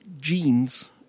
genes